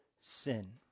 sin